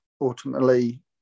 ultimately